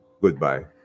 goodbye